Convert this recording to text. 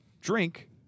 Drink